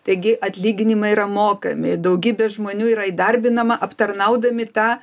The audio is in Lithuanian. taigi atlyginimai yra mokami daugybė žmonių yra įdarbinama aptarnaudami tą